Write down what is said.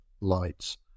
lights